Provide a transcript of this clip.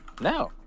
No